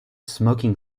smoking